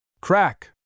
Crack